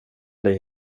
dig